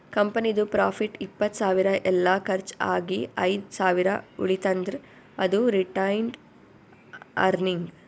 ಕಂಪನಿದು ಪ್ರಾಫಿಟ್ ಇಪ್ಪತ್ತ್ ಸಾವಿರ ಎಲ್ಲಾ ಕರ್ಚ್ ಆಗಿ ಐದ್ ಸಾವಿರ ಉಳಿತಂದ್ರ್ ಅದು ರಿಟೈನ್ಡ್ ಅರ್ನಿಂಗ್